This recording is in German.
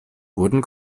wurden